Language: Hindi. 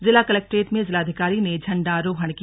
जिला कलेक्ट्रेट में जिलाधिकारी ने झंडा रोहण किया